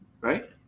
right